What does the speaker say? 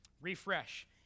Refresh